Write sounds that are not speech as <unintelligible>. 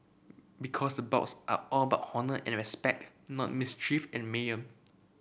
because the bouts are all about honour and respect not mischief and <unintelligible>